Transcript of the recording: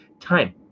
time